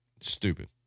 Stupid